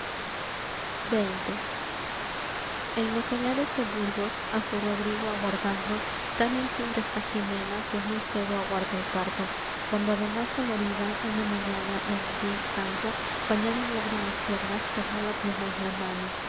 xx en los solares de burgos á su rodrigo aguardando tan en cinta está jimena que muy cedo aguarda el parto cuando además dolorida una mañana en di santo bañada en lágrimas tiernas tomó la pluma en la mano